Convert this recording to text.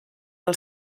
del